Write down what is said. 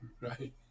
Right